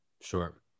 Sure